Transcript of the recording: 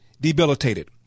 debilitated